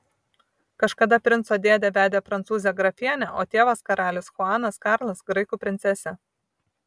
kažkada princo dėdė vedė prancūzę grafienę o tėvas karalius chuanas karlas graikų princesę